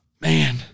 Man